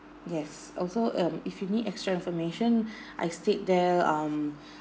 yes also um if you need extra information I stayed there um